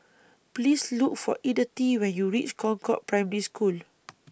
Please Look For Edythe when YOU REACH Concord Primary School